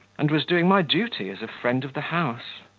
and was doing my duty as a friend of the house.